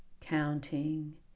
counting